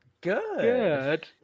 good